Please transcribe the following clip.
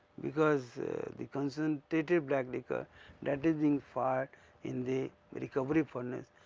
because the concentrated black liquor that is being fired in the recovery furnace.